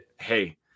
Hey